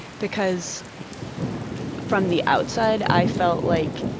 because from the outside i felt like